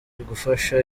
gufasha